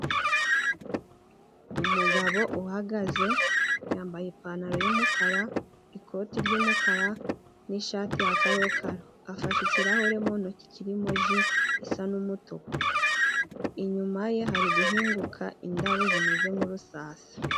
Umugabo uhagaze yambaye ipantaro y'umukara, ikoti ry'umukara n'ishati ya karokaro. Afashe ikirahure mu ntoki kirimo ji isa n'umutuku. Inyuma ye hari guhinguka indabo zimeze nk'urusasa.